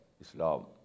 Islam